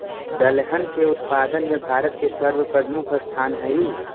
दलहन के उत्पादन में भारत के सर्वप्रमुख स्थान हइ